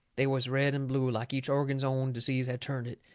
they was red and blue, like each organ's own disease had turned it,